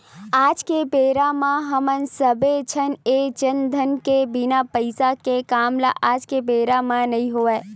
आज के बेरा म हमन सब्बे झन ये जानथन के बिना पइसा के काम ह आज के बेरा म नइ होवय